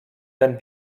ten